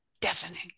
deafening